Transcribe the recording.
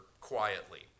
quietly